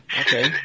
Okay